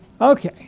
Okay